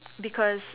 because